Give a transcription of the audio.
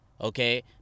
Okay